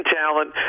talent